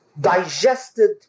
digested